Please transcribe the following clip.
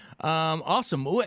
Awesome